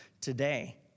Today